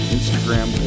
Instagram